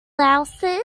louses